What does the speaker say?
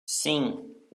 sim